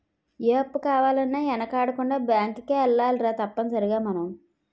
ఏ అప్పు కావాలన్నా యెనకాడకుండా బేంకుకే ఎల్లాలిరా తప్పనిసరిగ మనం